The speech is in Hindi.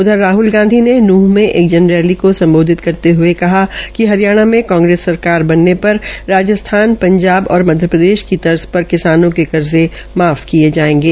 उधर राह्ल गांधी ने नूंह में एक जन रैली को सम्बोधित करते ह्ये कहा कि हरियाणा में कांग्रेस सरकार बनने पर राज्स्थान पंजाब मध्यप्रदेश की तर्ज पर किसानों के कर्जे माफ किये जायेंगे